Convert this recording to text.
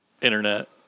Internet